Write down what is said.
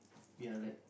we are like